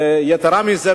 ויתירה מזה,